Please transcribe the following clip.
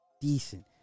decent